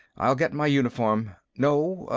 i'll get my uniform no.